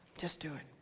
just do it.